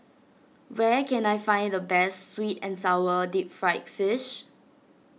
where can I find the best Sweet and Sour Deep Fried Fish